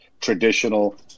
traditional